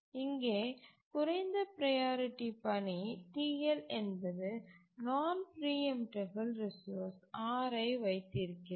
இங்கே குறைந்த ப்ரையாரிட்டி பணி TL என்பது நான் பிரீஎம்டபல் ரிசோர்ஸ் Rஐ வைத்திருக்கிறது